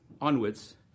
onwards